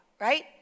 right